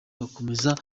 bakomeza